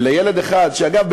וילד אחד שאגב,